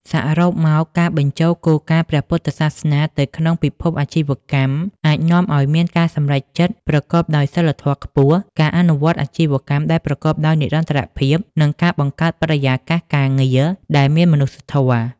សរុបមក ការបញ្ចូលគោលការណ៍ព្រះពុទ្ធសាសនាទៅក្នុងពិភពអាជីវកម្ម អាចនាំឱ្យមានការសម្រេចចិត្តប្រកបដោយសីលធម៌ខ្ពស់ ការអនុវត្តអាជីវកម្មដែលប្រកបដោយនិរន្តរភាព និងការបង្កើតបរិយាកាសការងារដែលមានមនុស្សធម៌។